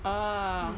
oh